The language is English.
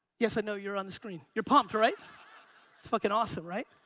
yes i know, you're on the screen. you're pumped, right? it's fucking awesome, right?